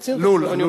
ברצינות אני אומר,